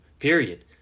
period